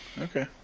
okay